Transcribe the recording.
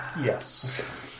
Yes